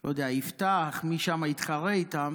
ואני לא יודע, יפתח, מי ששם התחרה בהם.